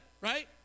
right